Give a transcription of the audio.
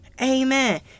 Amen